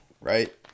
right